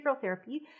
therapy